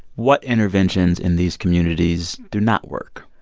what interventions in these communities do not work?